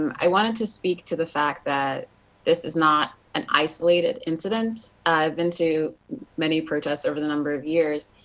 i wanted to speak to the fact that this is not an isolated incident. i have been too many protests over a number of years.